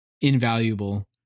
invaluable